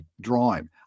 drawing